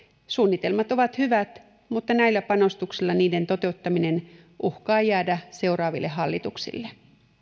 suunnitelmat ovat hyvät mutta näillä panostuksilla niiden toteuttaminen uhkaa jäädä seuraaville hallituksille